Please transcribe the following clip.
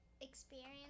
experience